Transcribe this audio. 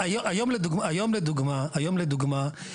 שבה אפשר לבנות את מבנה המגורים הראשי,